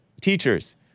teachers